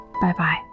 Bye-bye